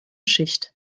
schicht